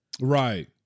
Right